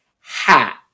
hat